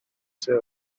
sul